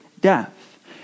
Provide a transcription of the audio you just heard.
death